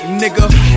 nigga